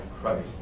Christ